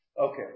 Okay